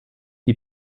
wie